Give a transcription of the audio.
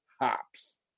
hops